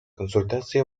консультации